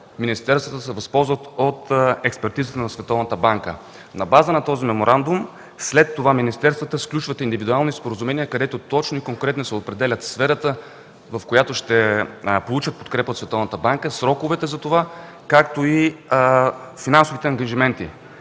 министерствата да се възползват от експертизата на Световната банка. На базата на този меморандум след това министерствата сключват индивидуални споразумения, където точно и конкретно се определя сферата, в която ще получат подкрепа от Световната банка, сроковете за това и нашите ангажименти.